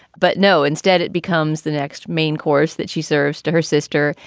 but no, instead, it becomes the next main course that she serves to her sister.